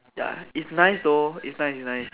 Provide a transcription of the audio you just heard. ya it's nice though it's nice it's nice